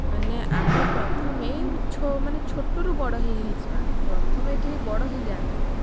ମାନେ ଆମେ ପ୍ରଥମେ ମାନେ ଛୋଟରୁ ବଡ଼ ହେଇ ହେଇଯିବା ପ୍ରଥମେ କେହି ବଡ଼ ହେଇଯାନ୍ତିନି